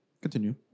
Continue